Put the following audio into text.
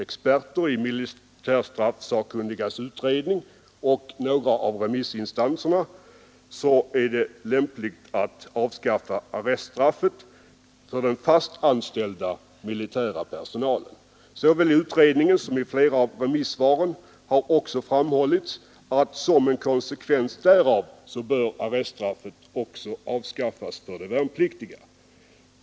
Experter i militärstraffsakkunnigas utredning och några av remissinstanserna har ansett det lämpligt att avskaffa arreststraffet för den fast anställda militära personalen. Såväl i utredningen som i flera av remissvaren har framhållits att som en konsekvens därav bör arreststraffet avskaffas även för de värnpliktiga.